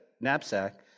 knapsack